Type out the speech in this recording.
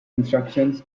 instructions